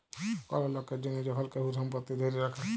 call লকের জনহ যখল কেহু সম্পত্তি ধ্যরে রাখে